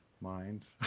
minds